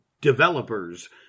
developers